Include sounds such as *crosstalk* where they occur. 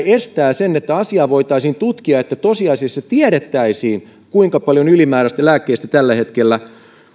*unintelligible* estää sen että asiaa voitaisiin tutkia että tosiasiassa tiedettäisiin kuinka paljon ylimääräistä lääkkeistä tällä hetkellä